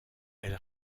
elle